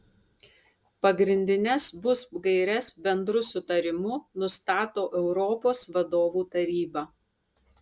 pagrindines busp gaires bendru sutarimu nustato europos vadovų taryba